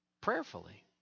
prayerfully